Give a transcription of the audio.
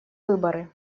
выборы